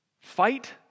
Fight